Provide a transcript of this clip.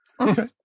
Okay